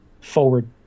forward